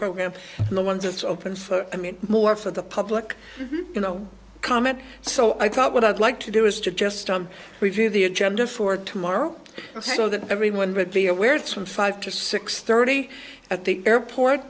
program and the ones it's open for i mean more for the public you know comment so i thought what i'd like to do is to just stump review the agenda for tomorrow so that everyone would be aware it's from five to six thirty at the airport